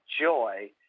joy